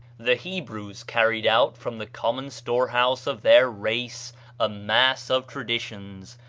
the hebrews carried out from the common storehouse of their race a mass of traditions,